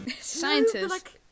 Scientists